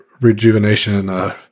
rejuvenation